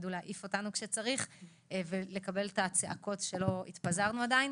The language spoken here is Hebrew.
שידעו להעיף אותנו כשצריך ולקבל את הצעקות שלא התפזרנו עדיין.